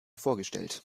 vorgestellt